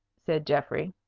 said geoffrey.